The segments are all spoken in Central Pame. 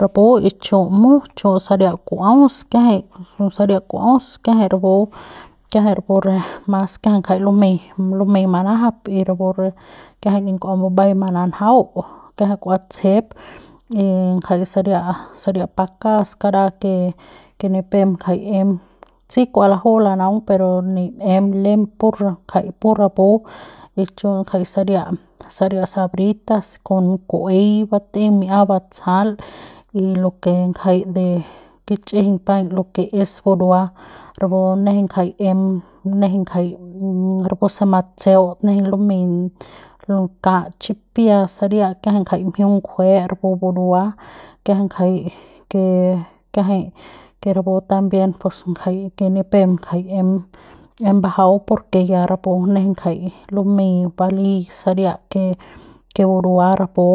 Rapu y chu' mut chu' saria ku'uaus kiajai saria ku'uaus kiajai rapu kiajai rapu re mas kiajai jai lumei lumei manajap y rapu re kiajai ni mbumbai kua mananjau kiajai kua tsjep y ngjai saria saria pakas kara ke ke ni pep ngjai em si kua laju'u lanaung pero ni em lem pur ngjai pur rapu y chu ngjai saria saria sabrita kon ku'uei batei mi'ia batsjal y lo ke ngjai de kich'ijiñ paiñ lo ke es burua rapu nejeiñ ngjai em nejeiñ ngjai rapu se matseul nejeiñ lumei ra ka chipia saria kiajai ngjai mjiung ngjue rapu burua kiajai ngjai ke kiajai ke rapu también pues ngjai kiajai ni pep ngjai em em mbajau pun ke ya rapu nejeiñ ngjai lumei balei saria ke ke burua rapu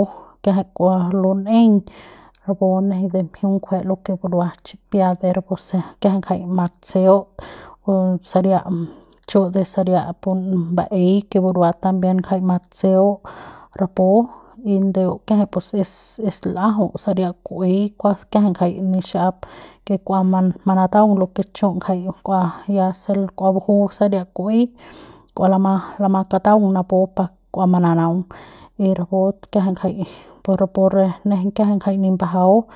kiajai kua lun'eiñ rapu nejeiñ de mjiung ngjue lo ke burua chipia de rapu se kiajai ngja matseul pu saria chu de saria pun baei ke burua también ngjai matseu rapu y ndeu kiajai pus es es ljau saria ku'uei kuas kiajai ngjai nixap ke kua mana manataung lo ke chu ngjai kua ya se kua baju saria ku'uei kua lama lama kataung napu pa kua mananaugn y rapu kiajai ngjai pu rapu re nejeiñ kiajai ngjai ni mbajau.